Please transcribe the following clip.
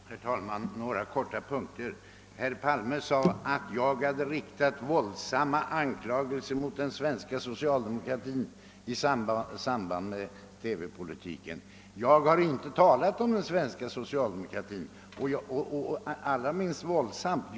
Herr talman! Bara några få punkter. Herr Palme sade att jag hade riktat våldsamma anklagelser mot den svenska socialdemokratin i samband med TV-politiken. Jag har inte talat om den svenska socialdemokratin och allra minst på ett våldsamt sätt.